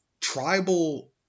tribal